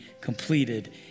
completed